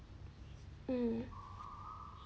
um